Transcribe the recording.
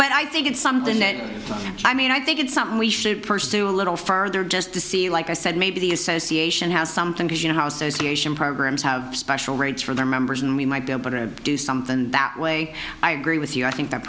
i i think it's something that i mean i think it's something we should pursue a little further just to see like i said maybe the association has something to do you know how association programs have special rates for their members and we might be able to do something that way i agree with you i think that